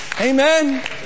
Amen